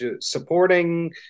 supporting